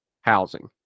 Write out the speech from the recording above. housing